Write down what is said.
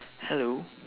hello